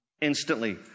Instantly